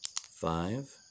five